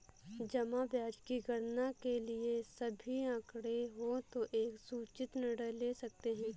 जमा ब्याज की गणना के लिए सभी आंकड़े हों तो एक सूचित निर्णय ले सकते हैं